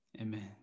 Amen